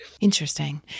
Interesting